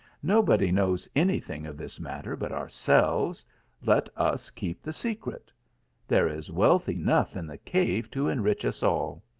nobody knows any thing of this matter but ourselves let us keep the secret there is wealth enough in the cave to enrich us all.